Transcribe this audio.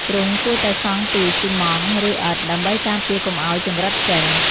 ទ្រុងគួរតែសង់ពី ស៊ីម៉ង់ត៍ ឬ ឥដ្ឋ ដើម្បីការពារកុំឲ្យចង្រិតចេញ។